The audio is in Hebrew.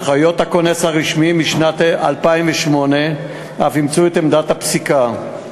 הנחיות הכונס הרשמי משנת 2008 אף אימצו את עמדת הפסיקה.